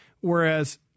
whereas